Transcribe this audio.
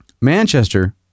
Manchester